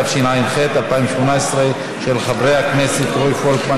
של חברת הכנסת תמר זנדברג.